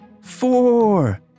Four